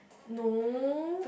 no